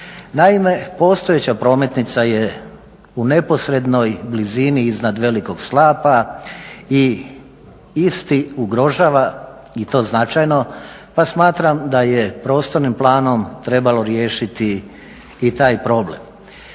Naime, postojeća prometnica je u neposrednoj blizini iznad velikog slapa i isti ugrožava i to značajno, pa smatram da je prostornim planom trebalo riješiti i taj problem.